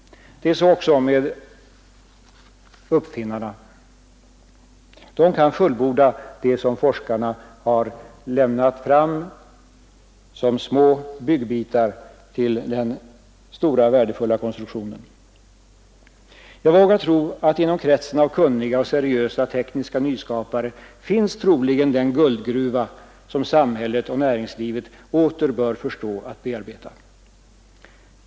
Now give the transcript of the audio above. Så är det också med uppfinnarna. De kan fullborda det som forskarna har lämnat fram som små byggbitar till den stora värdefulla konstruktionen. Jag vågar tro att inom kretsen av kunniga och seriösa tekniska nyskapare finns troligen den guldgruva som samhället och näringslivet åter bör förstå att bearbeta.